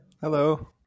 Hello